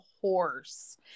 horse